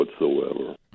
whatsoever